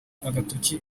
agatoki